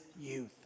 youth